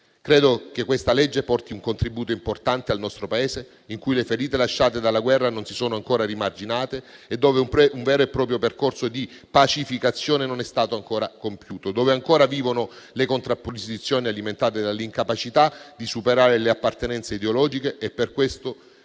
Credo che questo disegno di legge porti un contributo importante al nostro Paese, in cui le ferite lasciate dalla guerra non si sono ancora rimarginate e dove un vero e proprio percorso di pacificazione non è stato ancora compiuto; dove ancora vivono le contrapposizioni alimentate dall'incapacità di superare le appartenenze ideologiche. Per questo